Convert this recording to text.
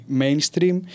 mainstream